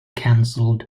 cancelled